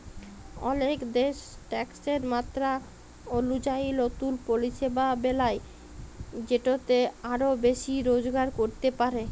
অলেক দ্যাশ ট্যাকসের মাত্রা অলুজায়ি লতুল পরিষেবা বেলায় যেটতে আরও বেশি রজগার ক্যরতে পারে